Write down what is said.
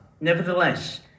Nevertheless